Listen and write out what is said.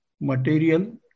material